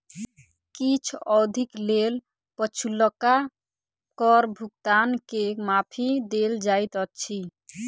किछ अवधिक लेल पछुलका कर भुगतान के माफी देल जाइत अछि